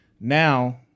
now